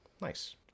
Nice